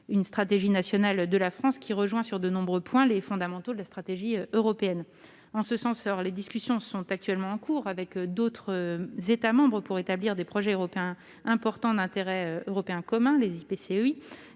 la stratégie nationale de la France rejoint sur de nombreux points les fondamentaux de la stratégie européenne. Les discussions sont actuellement en cours avec d'autres États membres pour mettre en place des projets importants d'intérêt européen commun, des